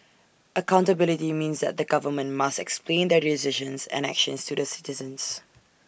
accountability means that the government must explain their decisions and actions to the citizens